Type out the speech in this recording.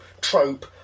trope